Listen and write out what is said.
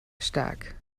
stark